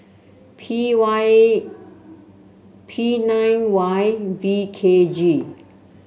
P Y P nine Y V K G